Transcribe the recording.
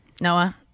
Noah